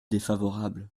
défavorable